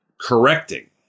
correcting